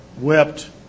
wept